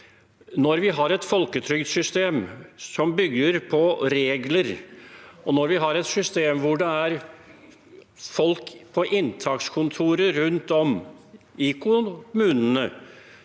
Når vi har et folketrygdsystem som bygger på regler, og når vi har et system hvor det er folk på inntakskontorer rundt om i kommunene